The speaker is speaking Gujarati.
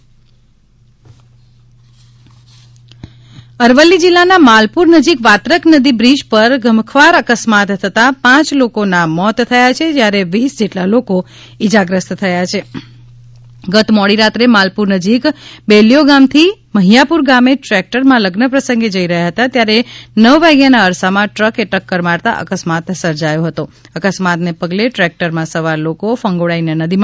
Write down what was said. અરવલ્લી એક્સિડેંટ અરવલ્લી જિલ્લાના માલપુર નજીક વાત્રક નદી બ્રિજ પર ઘમખ્વાર અકસ્માત થતાં પાંચ લોકોના મોત થયા છે ત્યારે વીસ જેટલા લોકો ઇજાગ્રસ્ત થયા છે ગત મોડી રાત્રે માલપુર નજીક બેલ્યો ગામથી મહિયાપુર ગામે ટ્રેક્ટરમાં લઝ્ન પ્રસંગે જઇ રહ્યા હતા ત્યારે નવ વાગ્યાના અરસામાં ટ્રકએ ટક્કર મારતા અકસ્માત સર્જાયો હતો અકસ્માતને પગલે ટ્રેક્ટરમાં સવાર લોકો ફંગોળાઇને નદીમાં પડી ગયા હતા